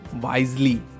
wisely